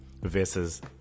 Versus